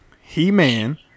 He-Man